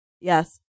Yes